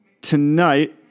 Tonight